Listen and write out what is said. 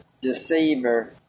deceiver